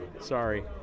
Sorry